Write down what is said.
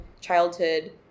childhood